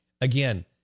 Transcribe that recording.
again